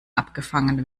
abgefangen